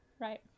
Right